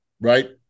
Right